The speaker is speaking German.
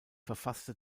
verfasste